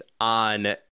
on